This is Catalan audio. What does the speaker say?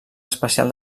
especial